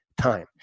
time